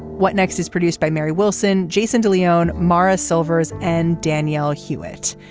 what next is produced by mary wilson jason de leone morra silvers and danielle hewitt.